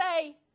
say